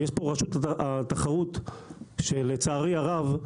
ויש פה רשות תחרות שלצערי הרב,